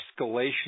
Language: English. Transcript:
escalation